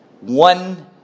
One